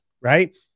right